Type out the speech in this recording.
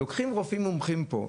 לוקחים רופאים מומחים פה.